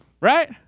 right